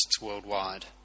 worldwide